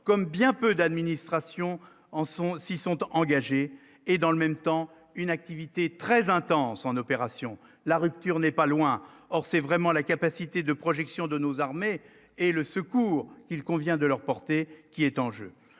comme bien peu d'administration en sont s'y sont engagés, et dans le même temps, une activité très intense en opération, la rupture n'est pas loin, or c'est vraiment la capacité de projection de nos armées et le secours, il convient de leur porter qui est en jeu,